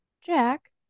Jack